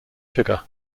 sugar